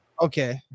Okay